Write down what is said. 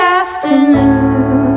afternoon